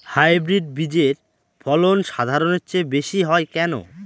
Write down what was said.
Hybrid বীজের ফলন সাধারণের চেয়ে বেশী হয় কেনো?